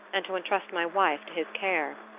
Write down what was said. and to entrust my wife to his care.